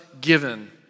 given